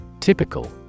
Typical